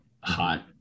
hot